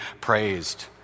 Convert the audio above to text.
praised